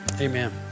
Amen